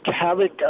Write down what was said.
havoc